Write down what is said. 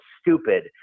stupid